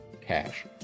Cash